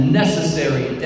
necessary